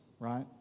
Right